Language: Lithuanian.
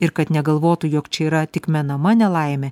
ir kad negalvotų jog čia yra tik menama nelaimė